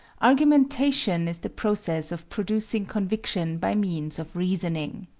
argumentation is the process of producing conviction by means of reasoning.